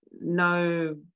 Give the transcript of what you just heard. no